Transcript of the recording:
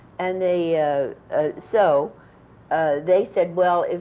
and they so ah they said, well,